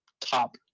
top